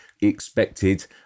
expected